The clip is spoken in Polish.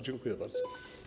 Dziękuję bardzo.